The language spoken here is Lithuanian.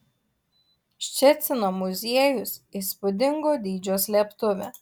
ščecino muziejus įspūdingo dydžio slėptuvė